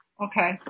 Okay